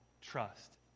trust